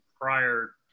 prior